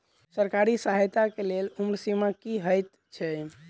सरकारी सहायता केँ लेल उम्र सीमा की हएत छई?